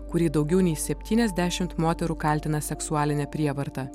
kurį daugiau nei septyniasdešimt moterų kaltina seksualine prievarta